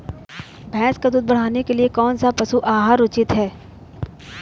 भैंस का दूध बढ़ाने के लिए कौनसा पशु आहार उचित है?